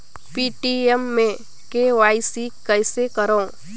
Paytm मे KYC कइसे करव?